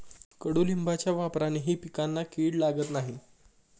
कडुलिंबाच्या वापरानेही पिकांना कीड लागत नाही